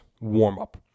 warm-up